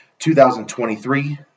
2023